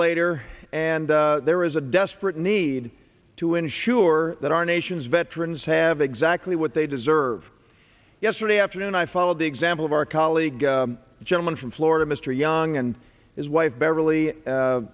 later and there is a desperate need to ensure that our nation's veterans have exactly what they deserve yesterday afternoon i followed the example of our colleague a gentleman from florida mr young and his wife beverly